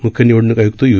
मुख्य निवडणूक आय्क्त यू